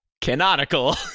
canonical